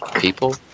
people